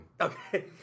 Okay